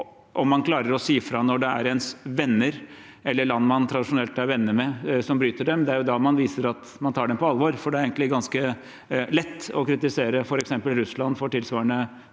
Om man klarer å si fra når det er ens venner, eller land man tradisjonelt er venner med, som bryter dem, er det jo da man viser at man tar dem på alvor. Det er egentlig ganske lett å kritisere f.eks. Russland for tilsvarende